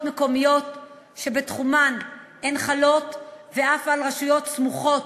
מקומיות שבתחומן הן חלות ואף על רשויות סמוכות,